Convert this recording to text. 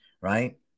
right